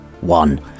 one